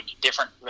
different